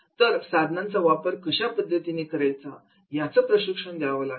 तर साधनांचा वापर कशा पद्धतीने करायचा याचं प्रशिक्षण द्यावे लागेल